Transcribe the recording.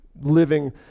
living